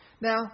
Now